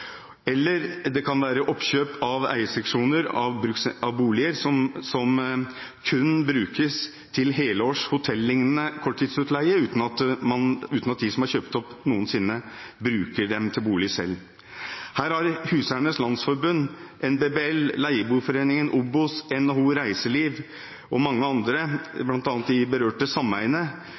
eller oppkjøp av eierseksjoner av boliger som kun brukes til helårs hotellignende korttidsutleie, uten at de som har kjøpt seksjonene, noensinne bruker den til bolig selv. Her har Huseiernes Landsforbund, NBBL, Leieboerforeningen, OBOS, NHO Reiseliv og mange andre, bl.a. de berørte sameiene,